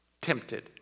tempted